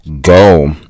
go